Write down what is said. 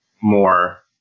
more